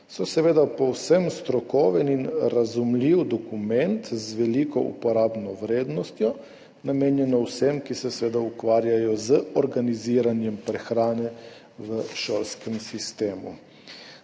so seveda povsem strokoven in razumljiv dokument z veliko uporabno vrednostjo, namenjeno vsem, ki se seveda ukvarjajo z organiziranjem prehrane v šolskem sistemu.